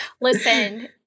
listen